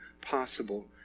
possible